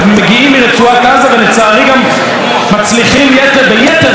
ביתר שאת וביתר קלות לחצות את הגדר,